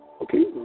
Okay